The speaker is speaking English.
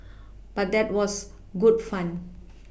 but that was good fun